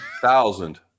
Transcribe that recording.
thousand